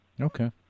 Okay